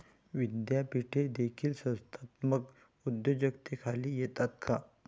विद्यापीठे देखील संस्थात्मक उद्योजकतेखाली येतात का?